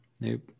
Nope